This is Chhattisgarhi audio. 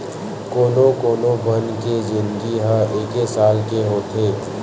कोनो कोनो बन के जिनगी ह एके साल के होथे